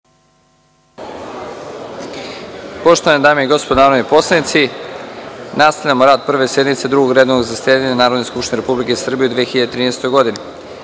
Poštovane dame i gospodo narodni poslanici, nastavljamo rad Prve sednice Drugog redovnog zasedanja Narodne skupštine Republike Srbije u 2013. godini. Na